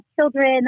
children